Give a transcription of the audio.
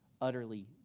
utterly